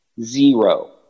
Zero